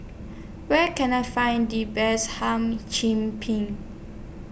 Where Can I Find The Best Hum Chim Peng